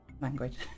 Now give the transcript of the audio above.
language